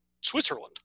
Switzerland